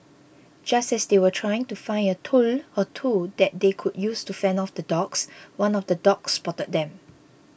just as they were trying to find a tool or two that they could use to fend off the dogs one of the dogs spotted them